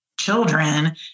children